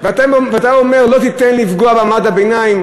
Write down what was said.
ואתה אומר שלא תיתן לפגוע במעמד הביניים?